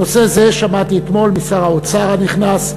בנושא זה, שמעתי אתמול משר האוצר הנכנס,